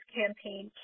campaign